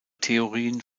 theorien